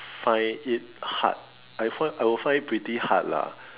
find it hard I find I would find it pretty hard lah